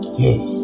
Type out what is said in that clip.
yes